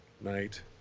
Night